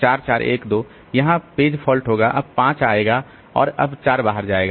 4 4 1 2 यहां page fault होगा अब 5 आएगा और अब 4 बाहर जाएगा